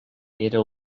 era